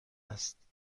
است